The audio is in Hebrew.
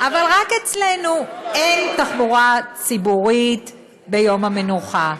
אבל רק אצלנו אין תחבורה ציבורית ביום המנוחה.